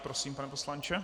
Prosím, pane poslanče.